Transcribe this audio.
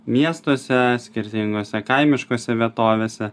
miestuose skirtingose kaimiškose vietovėse